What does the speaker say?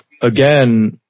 again